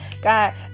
God